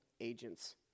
agents